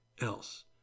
else